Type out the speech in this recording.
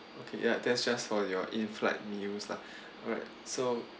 okay ya that's just for your in-flight meals lah alright so mmhmm